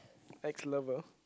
ex lover